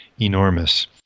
enormous